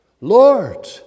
Lord